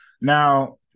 Now